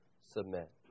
submit